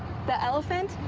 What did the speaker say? the elephant?